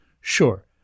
Sure